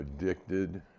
addicted